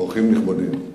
אורחים נכבדים,